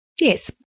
Yes